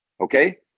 okay